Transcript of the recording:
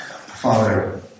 Father